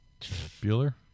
Bueller